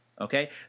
okay